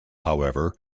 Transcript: however